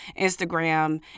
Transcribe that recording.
Instagram